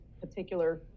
particular